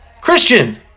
Christian